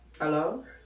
Hello